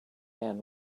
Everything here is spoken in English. man